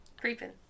Creeping